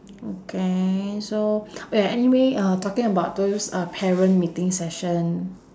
okay so oh ya anyway uh talking about those uh parent meeting session